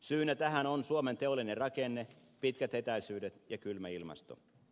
syynä tähän on suomen teollinen rakenne pitkät etäisyydet ja kylmä ilmasto